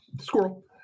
Squirrel